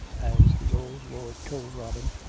as the old lord told robin,